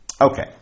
Okay